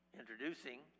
introducing